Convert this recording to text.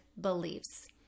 Beliefs